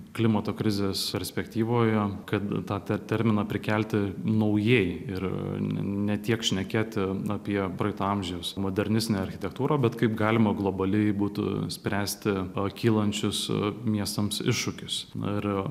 klimato krizės perspektyvoje kad tą te terminą prikelti naujai ir ne tiek šnekėti apie praeito amžiaus modernistinę architektūrą bet kaip galima globaliai būtų spręsti kylančius miestams iššūkius na ir